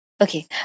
Okay